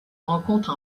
rencontre